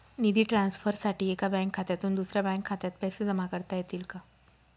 निधी ट्रान्सफरसाठी एका बँक खात्यातून दुसऱ्या बँक खात्यात पैसे जमा करता येतील का?